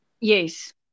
Yes